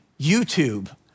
YouTube